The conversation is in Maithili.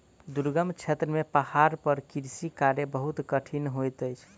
दुर्गम क्षेत्र में पहाड़ पर कृषि कार्य बहुत कठिन होइत अछि